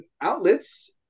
outlets